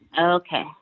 Okay